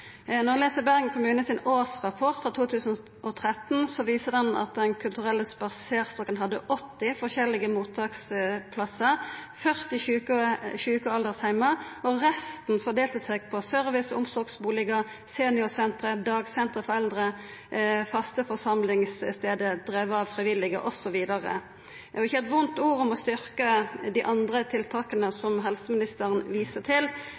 Når ein les Bergen kommune sin årsrapport frå 2013, viser han at Den kulturelle spaserstokken hadde 80 forskjellige mottaksplassar: 40 sjuke- og aldersheimar og resten fordelt på service- og omsorgsbustader, seniorsenter, dagsenter for eldre, faste forsamlingsstader drivne av frivillige, osv. Ikkje eitt vondt ord om å styrkja dei andre tiltaka som helseministeren viste til